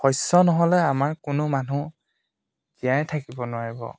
শস্য নহ'লে আমাৰ কোনো মানুহ জীয়াই থাকিব নোৱাৰিব